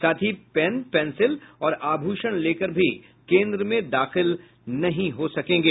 साथ ही pen pencil और आभूषण लेकर भी केन्द्र में दाखिल नहीं हो सकेंगे